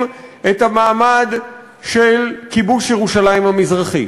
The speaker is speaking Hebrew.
את המעמד של כיבוש ירושלים המזרחית,